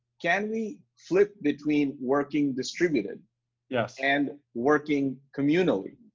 can we flip between working distributed yeah and working communally?